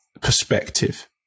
perspective